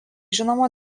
žinoma